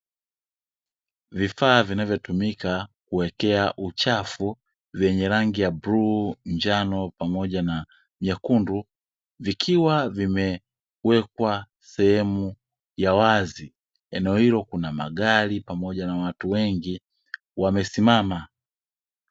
Vifaa vinavyotumika kuwekea uchafu, vyenye rangi ya bluu, njano pamoja na nyekundu, vikiwa vimewekwa sehemu ya wazi. Eneo hilo kuna magari pamoja na watu wengi wamesimama.